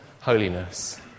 holiness